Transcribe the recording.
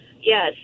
yes